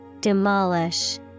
Demolish